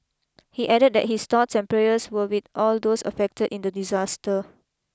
he added that his thoughts and prayers were with all those affected in the disaster